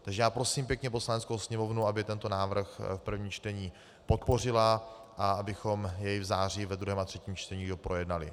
Takže prosím pěkně Poslaneckou sněmovnu, aby tento návrh v prvním čtení podpořila a abychom jej v září ve druhém a třetím čtení doprojednali.